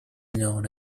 known